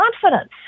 confidence